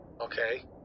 Okay